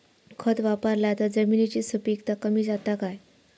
खत वापरला तर जमिनीची सुपीकता कमी जाता काय?